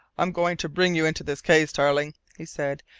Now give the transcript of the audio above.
i'm going to bring you into this case, tarling, he said.